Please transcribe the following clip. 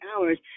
hours